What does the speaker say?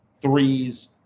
threes